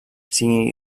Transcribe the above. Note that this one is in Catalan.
siguin